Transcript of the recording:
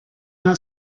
not